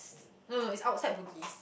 no no it's outside Bugis